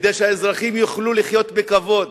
כדי שהאזרחים יוכלו לחיות בכבוד,